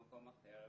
במקום אחר,